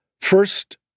first